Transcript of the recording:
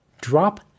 Drop